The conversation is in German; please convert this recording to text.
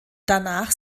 danach